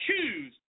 choose